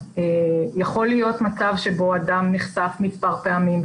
יכול להיות מצב שבו בן אדם נחשף מספר פעמים,